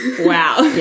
Wow